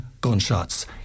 Gunshots